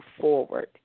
forward